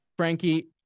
Frankie